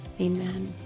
Amen